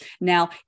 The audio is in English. Now